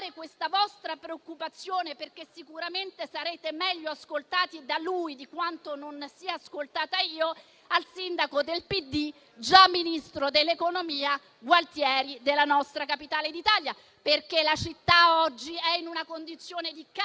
la sua preoccupazione - sicuramente sarà meglio ascoltato da lui di quanto non sia ascoltata io - al sindaco del PD, già Ministro dell'economia, Gualtieri della nostra Capitale d'Italia. La città oggi è in una condizione di cantierizzazione